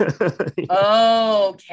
Okay